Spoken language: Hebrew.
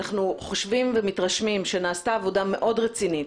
אנחנו חושבים ומתרשמים שנעשתה עבודה מאוד רצינית